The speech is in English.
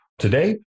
Today